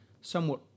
somewhat